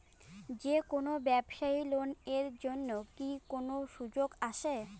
যে কোনো ব্যবসায়ী লোন এর জন্যে কি কোনো সুযোগ আসে?